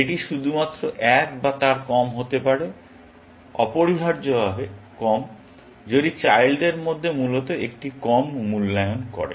এটি শুধুমাত্র 1 বা তার কম হতে পারে অপরিহার্যভাবে কম যদি চাইল্ডদের মধ্যে মূলত একটি কম মূল্যায়ন করে